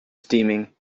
steaming